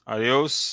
Adeus